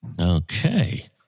Okay